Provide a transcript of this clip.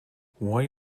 why